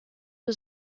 was